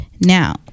now